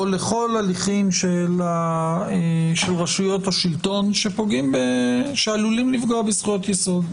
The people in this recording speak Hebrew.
לכל הליכים של רשויות השלטון שעלולים לפגוע בזכויות יסוד?